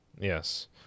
Yes